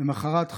למוחרת,